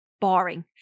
boring